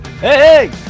hey